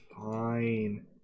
fine